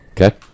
Okay